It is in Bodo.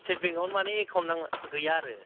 स्टेट बेंकावनो माने एकाउन्ट गैया आरो